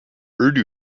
urdu